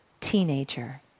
teenager